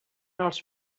els